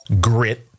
grit